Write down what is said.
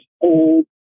old